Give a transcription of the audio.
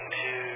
two